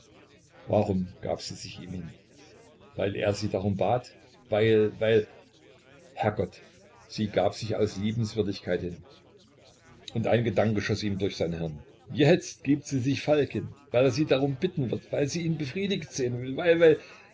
warum gab sie sich hin weil er sie darum bat weil weil herrgott sie gab sich aus liebenswürdigkeit hin und ein gedanke schoß ihm durch sein hirn jetzt gibt sie sich falk hin weil er sie darum bitten wird weil sie ihn befriedigt sehen will weil weil